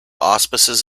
auspices